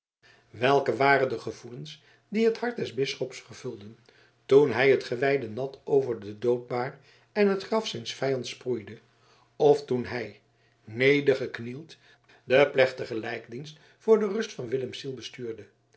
welke waren de gevoelens die het hart des bisschops vervulden toen hij het gewijde nat over de doodbaar en het graf zijns vijands sproeide of toen hij nedergeknield den plechtigen lijkdienst voor de rust van willems ziel bestuurde